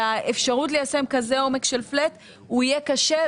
והאפשרות ליישם כזה עומק של פלט תהיה קשה,